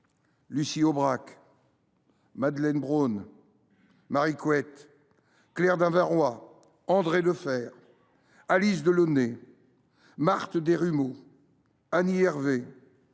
Lucie Aubrac, Madeleine Braun, Marie Couette, Claire Davinroy, Andrée Defferre, Alice Delaunay, Marthe Desrumaux, Annie Hervé,